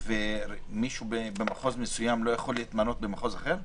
מישהו במחוז מסוים לא יכול להתמנות במחוז אחר?